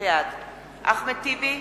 בעד אחמד טיבי,